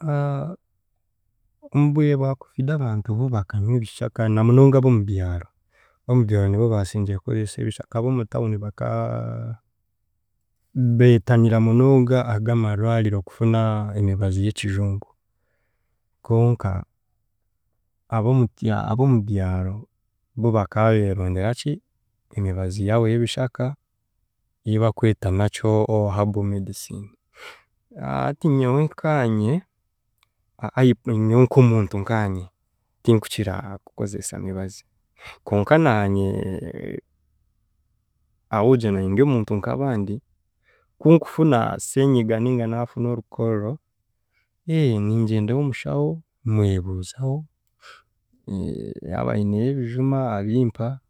emitendera yitukurabamu kunaaba engaro, nooronda amiizi gaboniire, amiizi gaboniire oteeka oronda esaabuni esaabuni oshuka amiizi gaawe oshuka amiizi omu ngaro osiigamu saabuni, then onaaba omara nk’endaki se- nka- nka- seconds zaawe nka makumyashatu okunaaba omu ngaro oinemu esaabuni n'esaabuni then okiheza ogaruka oshukamu amiizi omunyunguza engaro zaawe, omekinga ore- oreebeka ngu engaro zaawe zaakoraki za- zaabonera obukya oburofa obwa burimu bwarugamu